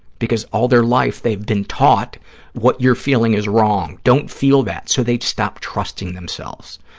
because all their life they've been taught what you're feeling is wrong, don't feel that, so they've stopped trusting themselves.